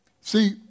See